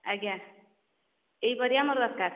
ଆଜ୍ଞା ଏଇ ପରିବା ମୋର ଦରକାର